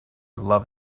love